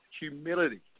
humility